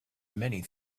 many